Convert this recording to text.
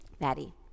Maddie